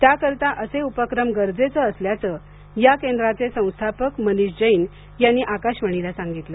त्याकरिता असे उपक्रम गरजेचे असल्याच या केंद्राचे संस्थापक मनीष जैन यांनी आकाशवाणीला सांगितलं